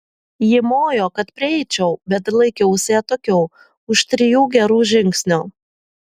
ji mojo kad prieičiau bet laikiausi atokiau už trijų gerų žingsnių